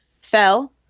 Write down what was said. fell